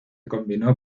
combinó